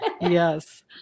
Yes